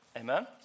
Amen